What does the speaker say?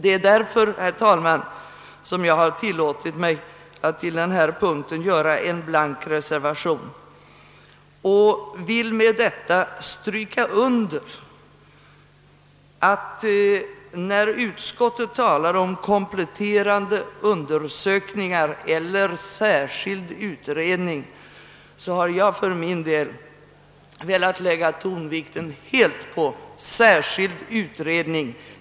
Det är därför, herr talman, som jag har tillåtit mig att till denna punkt foga en blank reservation. När utskottet talar om kompletterande undersökningar eller särskild utredning, har jag för min del velat lägga tonvikten helt på orden särskild utredning.